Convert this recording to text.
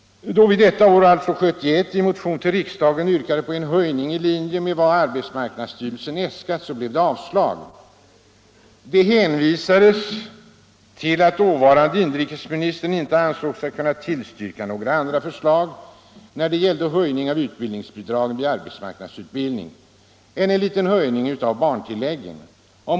Då vi detta år — alltså 1971 — i riksdagen yrkade på en höjning i linje med vad arbetsmarknadsstyrelsen äskat blev det avslag. Det hänvisades till att dåvarande inrikesministern inte ansåg sig kunna tillstyrka några andra förslag när det gällde höjning av utbildningsbidraget vid arbetsmarknadsutbildning än en liten höjning av barntillägget.